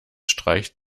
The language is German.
streicht